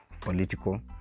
political